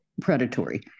predatory